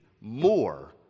more